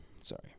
Sorry